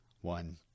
one